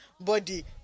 body